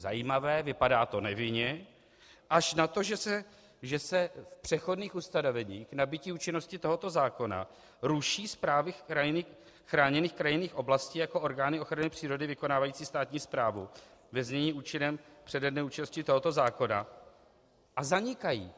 Zajímavé, vypadá to nevinně, až na to, že se v přechodných ustanoveních k nabytí účinnosti tohoto zákona ruší správy chráněných krajinných oblastí jako orgány ochrany přírody vykonávající státní správu ve znění účinném přede dnem účinnosti tohoto zákona a zanikají.